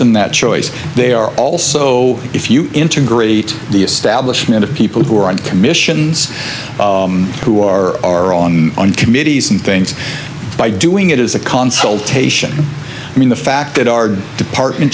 them that choice they are also if you integrate the establishment of people who are on commissions who are are on committees and things by doing it as a consultation i mean the fact that our department